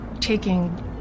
taking